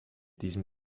diesem